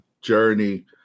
journey